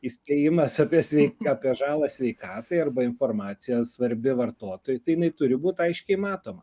įspėjimas apie svei apie žalą sveikatai arba informacija svarbi vartotojui tai jinai turi būt aiškiai matoma